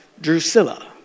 Drusilla